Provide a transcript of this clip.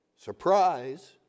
Surprise